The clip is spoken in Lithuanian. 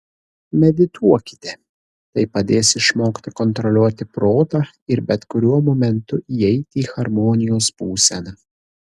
medituokite tai padės išmokti kontroliuoti protą ir bet kuriuo momentu įeiti į harmonijos būseną